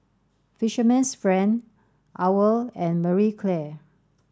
Fisherman's friend OWL and Marie Claire